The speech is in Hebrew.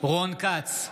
רון כץ,